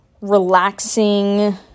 relaxing